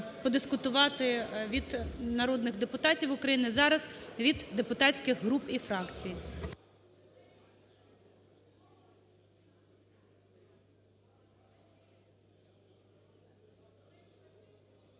подискутувати від народних депутатів України. Зараз від депутатських груп і фракцій.